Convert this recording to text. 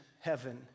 heaven